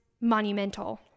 monumental